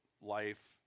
life